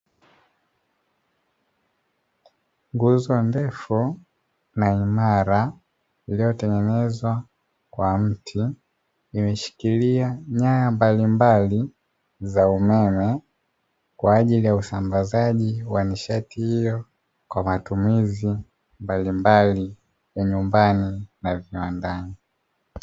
Nguzo ndefu na imara iliyotengenezwa kwa mti, imashikilia nyaya mbalimbali za umeme kwa ajili ya usambazaji wa nishati hiyo, kwa matumizi mbalimbali ya nyumbani na viwandani.